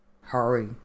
hurry